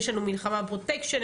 יש לנו מלחמה בפרוטקשן,